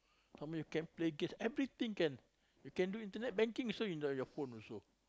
I mean you can play games everything can you can do internet banking also inside your phone also